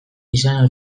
izan